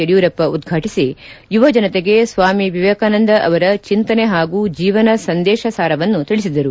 ಯಡಿಯೂರಪ್ಪ ಉದ್ವಾಟಿಸಿ ಯುವಜನತೆಗೆ ಸ್ವಾಮಿ ವಿವೇಕಾನಂದ ಅವರ ಚಿಂತನೆ ಹಾಗೂ ಜೀವನ ಸಂದೇಶ ಸಾರವನ್ನು ತಿಳಿಸಿದರು